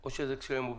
או שיש קשיים.